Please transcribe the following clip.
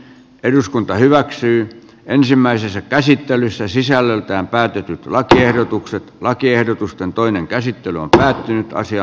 eduskunta hyväksyy ensimmäisessä käsittelyssä sisällöltään päätetyt lakiehdotukset lakiehdotusten toinen käsittely on tänään tyytyväisiä